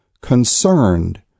concerned